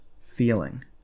feeling